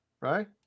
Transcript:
right